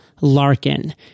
Larkin